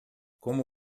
como